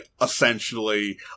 essentially